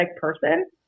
person